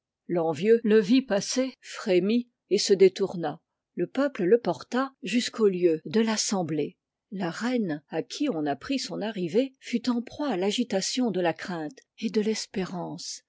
l'envieux le vit passer frémit et se détourna le peuple le porta jusqu'au lieu de l'assemblée la reine à qui on apprit son arrivée fut en proie à l'agitation de la crainte et de l'espérance